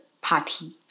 party